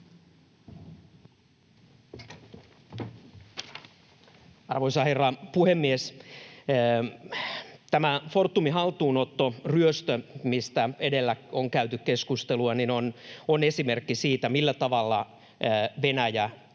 Arvoisa herra puhemies! Tämä Fortumin haltuunotto, ryöstö, mistä edellä on käyty keskustelua, on esimerkki siitä, millä tavalla Venäjä nyt toimii,